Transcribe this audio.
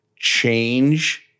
change